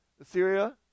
Assyria